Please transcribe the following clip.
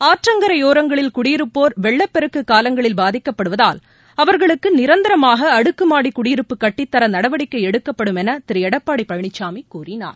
ஆற்றங்கரையோரங்களில் குடியிருப்போர் வெள்ளப்பெருக்கு காலங்களில் பாதிக்கப்படுவதால் அவர்களுக்கு நிரந்தரமாக அடுக்குமாடி குடியிருப்பு கட்டித்தர நடவடிக்கை எடுக்கப்படும் என திரு எடப்பாடி பழனிசாமி கூறினார்